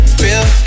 real